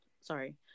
sorry